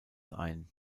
ein